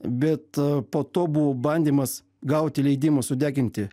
bet po to buvo bandymas gauti leidimą sudeginti